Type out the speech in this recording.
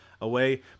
away